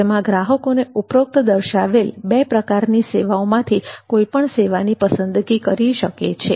જેમાં ગ્રાહકોને ઉપરોક્ત દર્શાવેલ બે પ્રકારની સેવાઓમાંથી કોઈપણ સેવાની પસંદગી કરી શકે છે